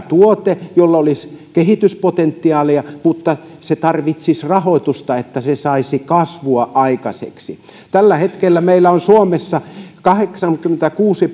tuote jolla olisi kehityspotentiaalia mutta joka tarvitsisi rahoitusta että saisi kasvua aikaiseksi tällä hetkellä meillä on suomessa kahdeksankymmentäkuusi